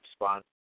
response